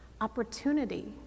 opportunity